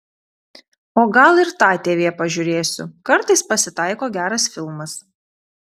o gal ir tą tv pažiūrėsiu kartais pasitaiko geras filmas